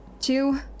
two